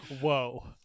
Whoa